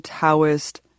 Taoist